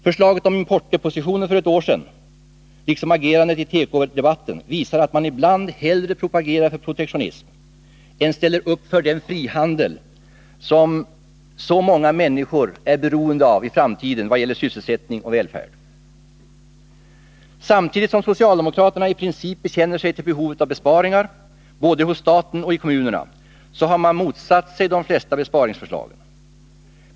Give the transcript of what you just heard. Förslaget om importdepositioner för ett år sedan, liksom agerandet i tekodebatten, visar att man ibland hellre propagerar för protektionism än ställer upp för den frihandel på vilken så många människors framtida sysselsättning och välfärd är beroende. Samtidigt som socialdemokraterna i princip bekänner sig till behovet av besparingar, både hos staten och i kommunerna, har man motsatt sig de flesta besparingsförslagen.